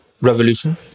revolution